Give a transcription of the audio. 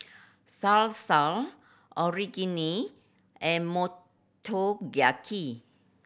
Salsa Onigiri and Motoyaki